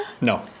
No